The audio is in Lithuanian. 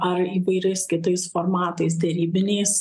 ar įvairiais kitais formatais derybiniais